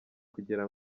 kugira